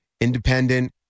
independent